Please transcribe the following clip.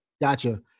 Gotcha